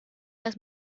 las